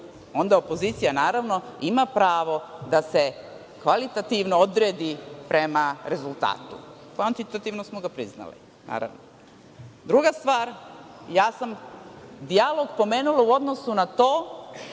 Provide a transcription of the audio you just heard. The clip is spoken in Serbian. onda opozicija naravno ima pravo da se kvalitativno odredi prema rezultatu. Kvantitativno smo ga priznali, naravno. Druga stvar, ja sam dijalog pomenula u odnosu na to